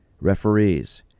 referees